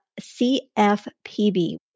CFPB